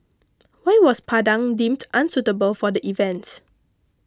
why was Padang deemed unsuitable for the event